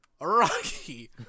Rocky